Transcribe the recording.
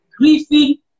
griefing